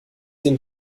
den